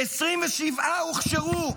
27 הוכשרו,